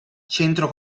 centro